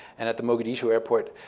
and at the mogadishu airport,